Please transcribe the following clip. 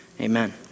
amen